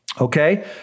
okay